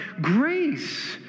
grace